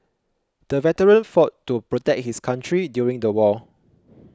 the veteran fought to protect his country during the war